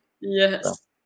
Yes